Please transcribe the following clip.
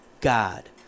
God